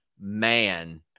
Man